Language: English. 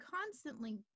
constantly